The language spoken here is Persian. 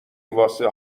واسه